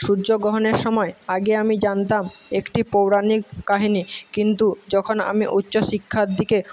সূয্যগ্রহণের সময় আগে আমি জানতাম একটি পৌরাণিক কাহিনি কিন্তু যখন আমি উচ্চশিক্ষার দিকে